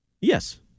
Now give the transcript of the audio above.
Yes